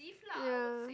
ya